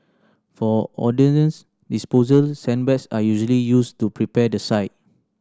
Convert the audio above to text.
for ordnance disposal sandbags are usually used to prepare the site